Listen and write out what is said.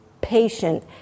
patient